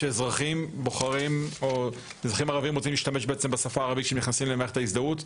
שאזרחים ערביים רוצים להשתמש בשפה הערבית כשהם נכנסים למערכת ההזדהות.